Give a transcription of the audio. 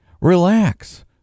relax